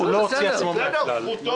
תפקידה של הועדה הוא לבצע פיקוח על הכסף הזה.